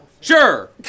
Sure